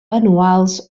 anuals